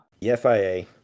FIA